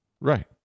Right